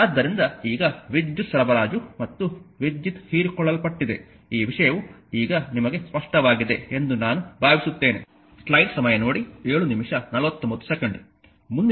ಆದ್ದರಿಂದ ಈಗ ವಿದ್ಯುತ್ ಸರಬರಾಜು ಮತ್ತು ವಿದ್ಯುತ್ ಹೀರಿಕೊಳ್ಳಲ್ಪಟ್ಟಿದೆ ಈ ವಿಷಯವು ಈಗ ನಿಮಗೆ ಸ್ಪಷ್ಟವಾಗಿದೆ ಎಂದು ನಾನು ಭಾವಿಸುತ್ತೇನೆ